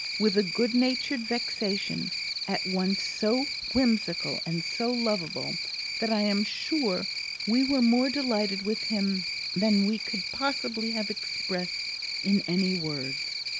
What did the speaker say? with a good-natured vexation at once so whimsical and so lovable that i am sure we were more delighted with him than we could possibly have expressed in any words.